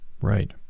Right